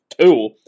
two